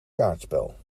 kaartspel